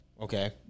Okay